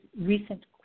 recent